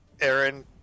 Aaron